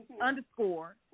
underscore